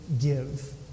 give